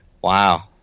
Wow